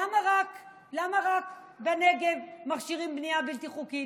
למה רק בנגב מכשירים בנייה בלתי חוקית?